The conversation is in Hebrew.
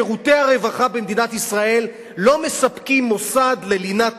שירותי הרווחה במדינת ישראל לא מספקים מוסד ללינת